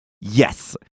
yes